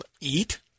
eat